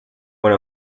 one